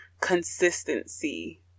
consistency